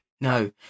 No